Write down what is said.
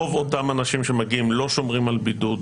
רוב אותם אנשים שמגיעים לא שומרים על בידוד.